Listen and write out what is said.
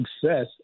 success